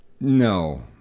No